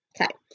Okay